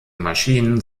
maschinen